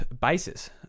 basis